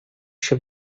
się